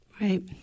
Right